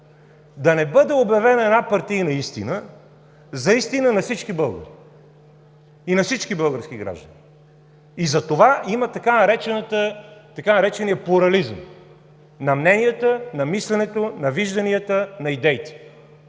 да не бъде обявена една партийна истина за истина на всички българи и на всички български граждани. Затова има така наречения „плурализъм“ на мненията, на мисленето, на вижданията, на идеите.